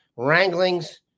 Wranglings